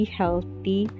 healthy